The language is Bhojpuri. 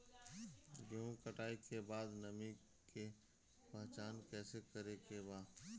गेहूं कटाई के बाद नमी के पहचान कैसे करेके बा?